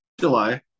July